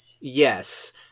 Yes